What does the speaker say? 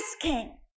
king